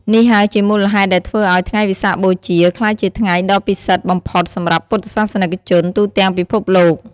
នេះហើយជាមូលហេតុដែលធ្វើឱ្យថ្ងៃវិសាខបូជាក្លាយជាថ្ងៃដ៏ពិសិដ្ឋបំផុតសម្រាប់ពុទ្ធសាសនិកជនទូទាំងពិភពលោក។